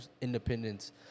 independence